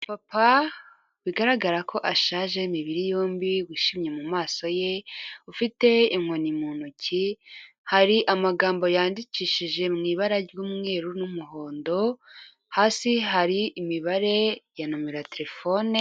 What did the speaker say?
Umupapa bigaragara ko ashaje w'imibiri yombi, wishimye mu maso ye ufite inkoni mu ntoki, hari amagambo yandikishije mu ibara ry'umweru n'umuhondo, hasi hari imibare ya nomero ya telefone